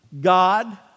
God